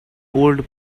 old